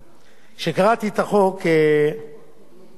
כשקראתי את החוק לא האמנתי.